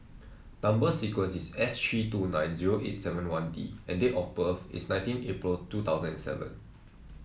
number sequence is S three two nine zero eight seven one D and date of birth is nineteen April two thousand and seven